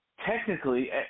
technically